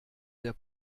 der